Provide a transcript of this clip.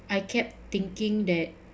I kept thinking that